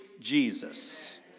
Jesus